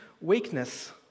weakness